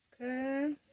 Okay